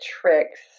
tricks